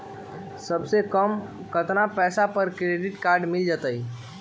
सबसे कम कतना पैसा पर क्रेडिट काड मिल जाई?